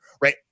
right